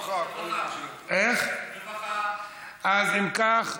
רווחה, אז אם כך,